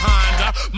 Honda